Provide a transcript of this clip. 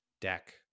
deck